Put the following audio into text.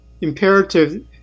imperative